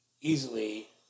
Easily